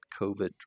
COVID